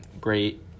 great